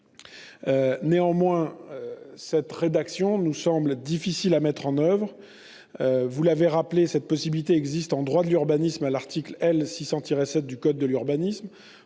Néanmoins, la rédaction proposée nous semble difficile à mettre en oeuvre. Certes, vous avez rappelé que cette possibilité existe en droit de l'urbanisme, à l'article L. 600-7 du code de l'urbanisme.